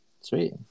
Sweet